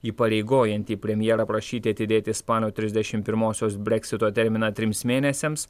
įpareigojantį premjerą prašyti atidėti spalio trisdešim pirmosios breksito terminą trims mėnesiams